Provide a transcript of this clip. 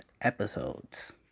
episodes